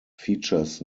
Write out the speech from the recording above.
features